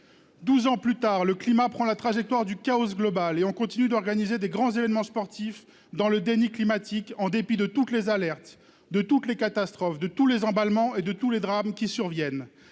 ans plus tard, le climat prend la trajectoire d'un chaos global et on continue d'organiser de grands événements sportifs dans le déni climatique, en dépit de toutes les alertes, de toutes les catastrophes, de tous les emballements, de tous les drames qui surviennent.